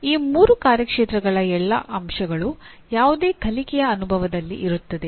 ಈ ಮೂರು ಕಾರ್ಯಕ್ಷೇತ್ರಗಳ ಎಲ್ಲಾ ಅಂಶಗಳು ಯಾವುದೇ ಕಲಿಕೆಯ ಅನುಭವದಲ್ಲಿ ಇರುತ್ತವೆ